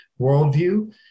worldview